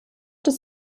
des